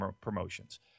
promotions